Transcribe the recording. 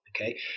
Okay